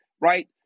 right